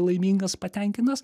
laimingas patenkintas